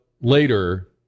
later